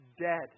dead